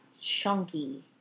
chunky